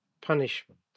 punishment